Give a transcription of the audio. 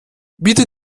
bitte